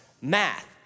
math